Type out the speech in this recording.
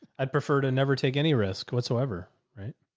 i'd prefer to never take any risk whatsoever, right?